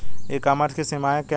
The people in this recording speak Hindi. ई कॉमर्स की सीमाएं क्या हैं?